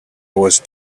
was